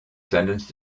sentenced